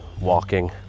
walking